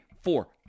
four